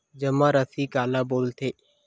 जमा राशि काला बोलथे?